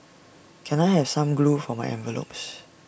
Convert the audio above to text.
can I have some glue for my envelopes